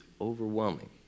overwhelming